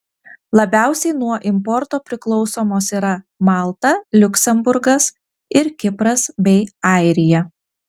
labiausiai nuo importo priklausomos yra malta liuksemburgas ir kipras bei airija